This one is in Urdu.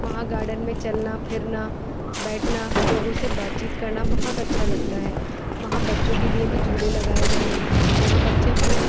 وہاں گارڈن میں چلنا پھرنا بیٹھنا لوگوں سے بات چیت کرنا بہت اچھا لگتا ہے وہاں بچوں کے لئے بھی جھولے لگائے گئے ہیں جہاں بچے خوب